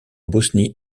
bosnie